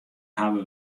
hawwe